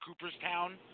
Cooperstown